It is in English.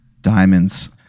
diamonds